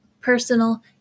personal